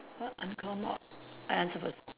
what uncommon I answer first